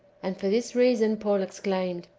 and for this reason paul exclaimed,